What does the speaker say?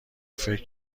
فکر